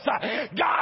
God